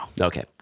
Okay